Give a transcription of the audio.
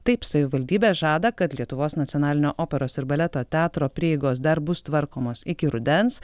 taip savivaldybė žada kad lietuvos nacionalinio operos ir baleto teatro prieigos dar bus tvarkomos iki rudens